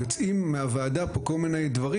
יוצאים מהוועדה כל מיני דברים,